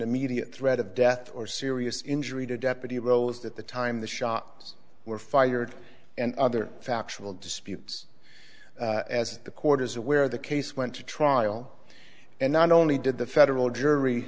immediate threat of death or serious injury to deputy roles at the time the shocks were fired and other factual disputes as the quarters where the case went to trial and not only did the federal jury